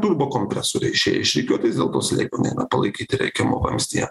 turbokompresoriai išėję iš rikiuotais dėl to slėgio palaikyti reikiamo vamzdyje